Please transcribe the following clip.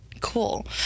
cool